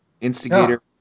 Instigator